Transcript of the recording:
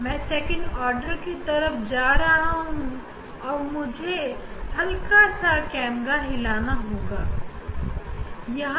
मैं इस कैमरे को यहां से हटाकर दूसरे आर्डर पर समायोजित कर रहा हूं